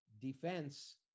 defense